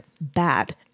bad